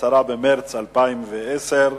(17 בפברואר 2010):